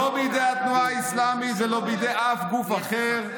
לא בידי התנועה האסלאמית ולא בידי גוף אחר.